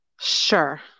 Sure